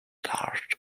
dashed